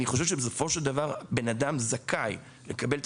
בסופו של דבר בן אדם זכאי לקבל את